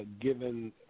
given